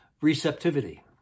receptivity